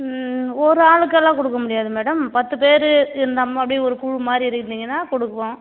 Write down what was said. ஓரு ஆளுக்கெல்லாம் கொடுக்க முடியாது மேடம் பத்துப் பேர் இருந்தால் மாதிரி ஒரு குழு மாதிரி இருந்திங்கன்னா கொடுக்குவோம்